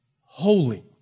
holy